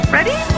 Ready